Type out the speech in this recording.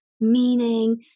meaning